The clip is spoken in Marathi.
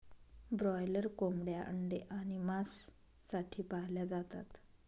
ब्रॉयलर कोंबड्या अंडे आणि मांस साठी पाळल्या जातात